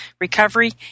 recovery